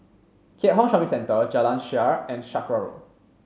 Keat Hong Shopping Centre Jalan Shaer and Sakra Road